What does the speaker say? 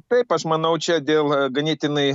taip aš manau čia dėl ganėtinai